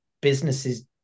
businesses